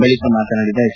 ಬಳಿಕ ಮಾತನಾಡಿದ ಎಚ್